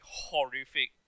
horrific